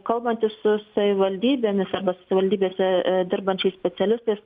kalbantis su savivaldybėmis arba savivaldybėse dirbančiais specialistais